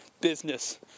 business